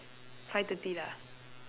five thirty lah